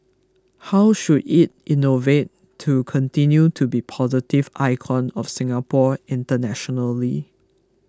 how should it innovate to continue to be a positive icon of Singapore internationally